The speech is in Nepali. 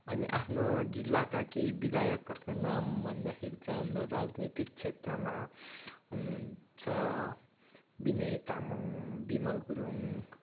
अनि आफ्नो जिल्लाका केही विधायकहरूको नाम भन्दाखेरि चाहिँ हाम्रो राजनैतिक क्षेत्रमा हुनुहुन्छ बिनय तामङ बिमल गुरुङ